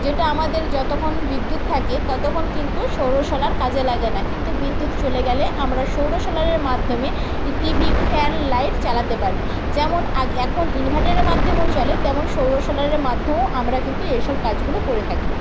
যেটা আমাদের যতক্ষণ বিদ্যুৎ থাকে ততক্ষণ কিন্তু সৌর সোলার কাজে লাগে না কিন্তু বিদ্যুৎ চলে গেলে আমরা সৌর সোলারের মাধ্যমে ই টিভি ফ্যান লাইট চালাতে পারি যেমন এখন ইনভার্টারের মাধ্যমেও চলে তেমন সৌর সোলারের মাধ্যমেও আমরা কিন্তু এইসব কাজগুলো করে থাকি